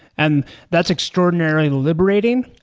and that's extraordinarily liberating,